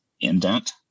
indent